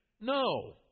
No